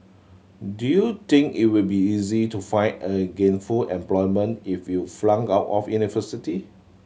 do you think it will be easy to find a gainful employment if you flunked out of university